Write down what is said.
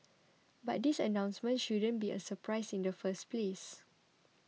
but this announcement shouldn't be a surprise in the first place